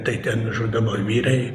tai ten žūdavo vyrai